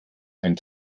ein